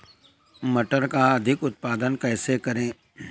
मटर का अधिक उत्पादन कैसे करें?